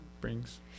brings